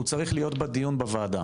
הוא צריך להיות בדיון בוועדה